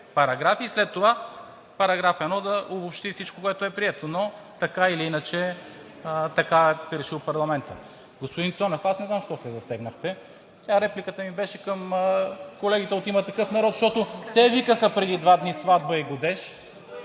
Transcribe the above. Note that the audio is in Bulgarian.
параграфи и след това § 1 да обобщи всичко, което е прието, но така или иначе, това е решил парламентът. Господин Цонев, не знам защо се засегнахте. Тя репликата ми беше към колегите от „Има такъв народ“, защото те викаха преди два дни сватба и годеж.